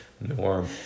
norm